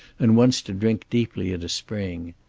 and once to drink deeply at a spring.